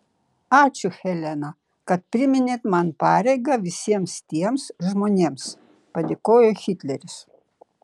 ačiū helena kad priminėt man pareigą visiems tiems žmonėms padėkojo hitleris